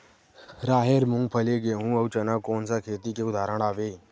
राहेर, मूंगफली, गेहूं, अउ चना कोन सा खेती के उदाहरण आवे?